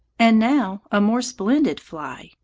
and now a more splendid fly,